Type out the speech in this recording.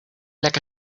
like